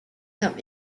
comme